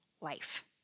life